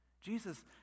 Jesus